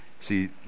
See